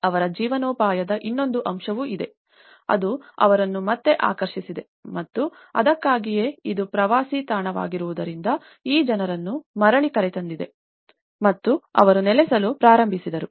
ಅವರ ಜೀವನೋಪಾಯದ ಇನ್ನೊಂದು ಅಂಶವೂ ಇದೆ ಅದು ಅವರನ್ನು ಮತ್ತೆ ಆಕರ್ಷಿಸಿದೆ ಮತ್ತು ಅದಕ್ಕಾಗಿಯೇ ಇದು ಪ್ರವಾಸಿ ತಾಣವಾಗಿರುವುದರಿಂದ ಈ ಜನರನ್ನು ಮರಳಿ ಕರೆತಂದಿದೆ ಮತ್ತು ಅವರು ನೆಲೆಸುವ ಪ್ರಾರಂಭಿಸಿದರು